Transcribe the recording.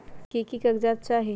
की की कागज़ात चाही?